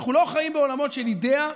אנחנו לא חיים בעולמות של אידיאה,